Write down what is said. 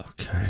Okay